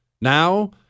Now